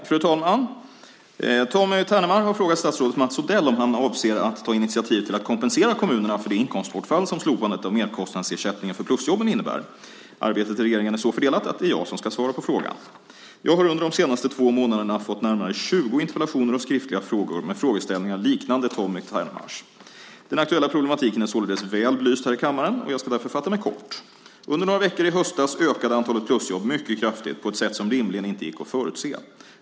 Fru talman! Tommy Ternemar har frågat statsrådet Mats Odell om han avser att ta initiativ till att kompensera kommunerna för det inkomstbortfall som slopandet av merkostnadsersättningen för plusjobben innebär. Arbetet i regeringen är så fördelat att det är jag som ska svara på frågan. Jag har under de senaste två månaderna fått närmare tjugo interpellationer och skriftliga frågor med frågeställningar liknande Tommy Ternemars. Den aktuella problematiken är således väl belyst här i kammaren. Jag ska därför fatta mig kort. Under några veckor i höstas ökade antalet plusjobb mycket kraftigt på ett sätt som rimligen inte gick att förutse.